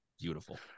Beautiful